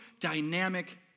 dynamic